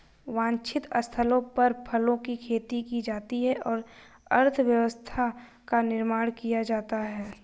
वांछित स्थलों पर फलों की खेती की जाती है और अर्थव्यवस्था का निर्माण किया जाता है